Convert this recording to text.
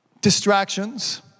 Distractions